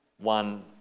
One